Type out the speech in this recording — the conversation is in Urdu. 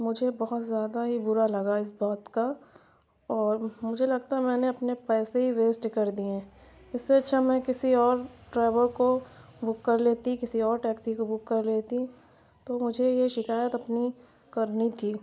مجھے بہت زیادہ ہی برا لگا اس بات کا اور مجھے لگتا ہے میں نے اپنے پیسے ہی ویسٹ کردیے اس سے اچھا میں کسی اور ڈرائیور کو بک کر لیتی کسی اور ٹیکسی کو بک کر لیتی تو مجھے یہ شکایت اپنی کرنی تھی